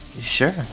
Sure